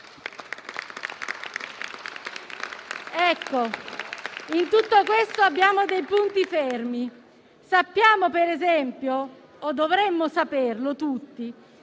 In tutto questo abbiamo dei punti fermi. Sappiamo per esempio - o dovremmo saperlo tutti